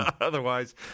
otherwise